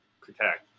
protect